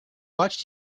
watched